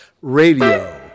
Radio